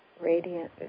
radiant